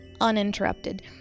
uninterrupted